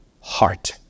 heart